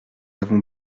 avons